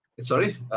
sorry